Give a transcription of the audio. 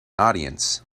audience